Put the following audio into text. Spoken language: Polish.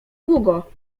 długo